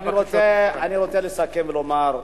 אני רוצה לסכם ולומר,